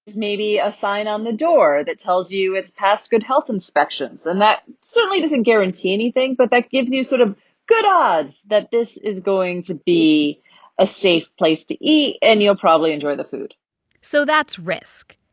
maybe, a sign on the door that tells you its past good health inspections. and that certainly doesn't guarantee anything, but that gives you sort of good odds that this is going to be a safe place to eat, and you'll probably enjoy the food so that's risk.